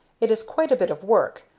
it is quite a bit of work,